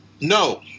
No